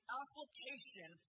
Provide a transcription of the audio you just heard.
application